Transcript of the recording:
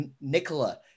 Nicola